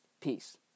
Peace